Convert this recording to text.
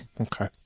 Okay